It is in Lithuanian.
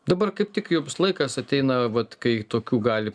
dabar kaip tik jums laikas ateina vat kai tokių gali